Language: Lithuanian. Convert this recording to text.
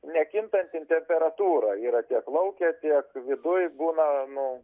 nekintanti temperatūra yra tiek lauke tiek viduj būna nu